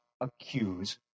accuse